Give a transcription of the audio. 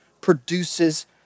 produces